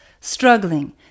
struggling